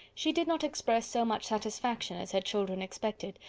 she did not express so much satisfaction as her children expected,